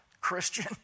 Christian